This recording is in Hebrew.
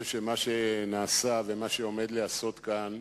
אני חושב שמה שנעשה, ומה שעומד להיעשות כאן,